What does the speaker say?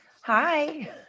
Hi